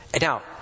Now